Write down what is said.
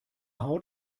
haut